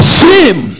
shame